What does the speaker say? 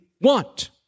want